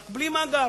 רק בלי מאגר.